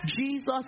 jesus